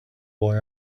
boy